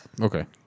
Okay